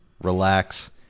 relax